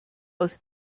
aus